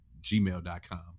gmail.com